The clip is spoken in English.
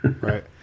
Right